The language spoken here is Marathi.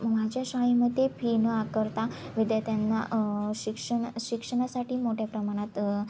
माझ्या शाळेमध्ये फी न आकारता विद्यार्थ्यांना शिक्षण शिक्षणासाठी मोठ्या प्रमाणात